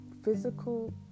physical